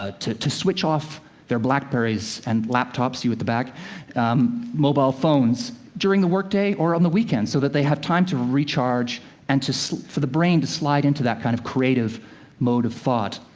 ah to to switch off their blackberrys and laptops you at the back mobile phones, during the work day or on the weekend, so that they have time to recharge and so for the brain to slide into that kind of creative mode of thought.